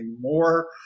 more